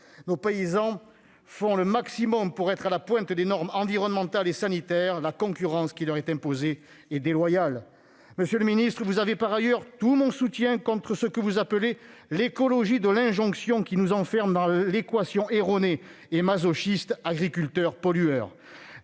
agriculture fait le maximum pour être à la pointe des normes environnementales et sanitaires. La concurrence qui lui est imposée est déloyale. Monsieur le ministre, vous avez par ailleurs tout mon soutien contre ce que vous appelez « l'écologie de l'injonction », qui nous enferme dans l'équation erronée et masochiste « agriculteur-pollueur